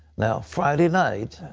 now, friday night,